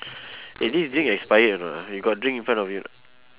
eh this drink expired or not ah you got drink in front of you or not